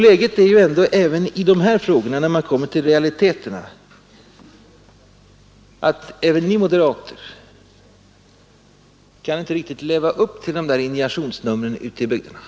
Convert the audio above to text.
Läget är ändå även i de här frågorna, när man kommer till realiteterna, det att inte heller ni moderater riktigt kan leva upp till de där indignationsnumren ute i bygderna.